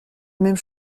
même